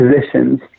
positions